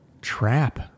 trap